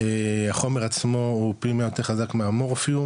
החומר עצמו הוא פי 100 יותר חזק מהמורפיום,